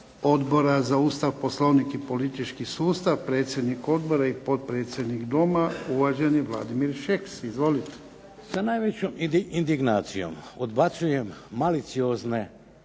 Odbora za Ustav, Poslovnik i politički sustav predsjednik odbora i potpredsjednik Doma uvaženi Vladimir Šeks. Izvolite. **Šeks, Vladimir (HDZ)** Sa najvećom indignacijom odbacujem maliciozne